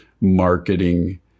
marketing